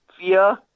fear